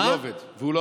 והוא לא עובד.